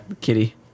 Kitty